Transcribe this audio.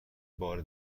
بار